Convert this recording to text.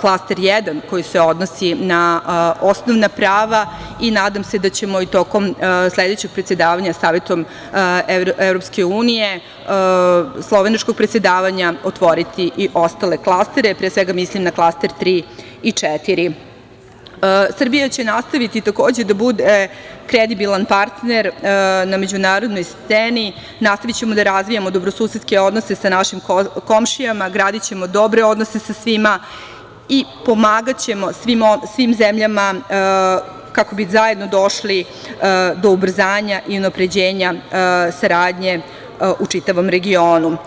klaster 1. koji se odnosi na osnovna prava i nadam se da ćemo i tokom sledećeg predsedavanja Savetom EU, slovenačkog predsedavanja otvoriti i ostale klastere, pre svega mislim na klaster 3. i 4. Srbija će nastaviti takođe da bude kredibilan partner na međunarodnoj sceni i nastavićemo da razvijamo dobro susedske odnose sa našim komšijama, gradićemo dobre odnose sa svima i pomagaćemo svim zemljama, kako bi zajedno došli do ubrzanja i unapređenja saradnje u čitavom regionu.